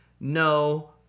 No